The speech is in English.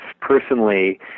personally